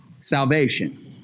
salvation